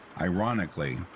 Ironically